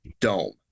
dome